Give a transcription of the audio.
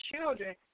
children